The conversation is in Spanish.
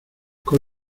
con